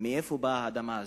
מאיפה באה האדמה הזאת?